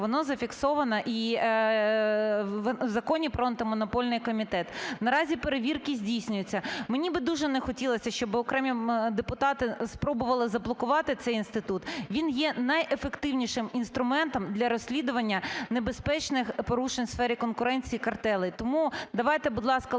воно зафіксовано і в Законі про Антимонопольний комітет. Наразі перевірки здійснюються. Мені би дуже не хотілося, щоби окремі депутати спробували заблокувати цей інститут. Він є найефективнішим інструментом для розслідування небезпечних порушень у сфері конкуренції картелів. Тому давайте, будь ласка,